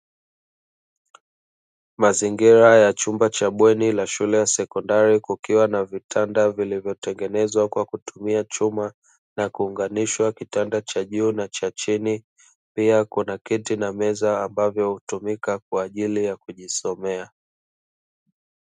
Mazingira ya chumba cha bweni la shule ya sekondari kukiwa na vitanda vilivyotengenezwa kwa kutumia chuma na kuunganishwa kitanda cha juu na cha chini. Pia kuna kiti na meza ambavyo hutumika kwa ajili ya kujisomea.